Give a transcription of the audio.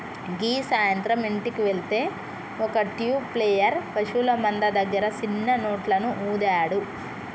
గీ సాయంత్రం ఇంటికి వెళ్తే ఒక ట్యూబ్ ప్లేయర్ పశువుల మంద దగ్గర సిన్న నోట్లను ఊదాడు